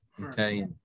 okay